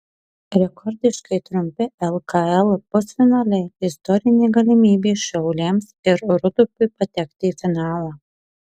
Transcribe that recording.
rekordiškai trumpi lkl pusfinaliai istorinė galimybė šiauliams ir rūdupiui patekti į finalą